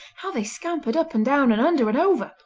how they scampered up and down and under and over!